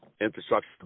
infrastructure